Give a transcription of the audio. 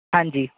ਹਾਂਜੀ